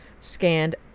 scanned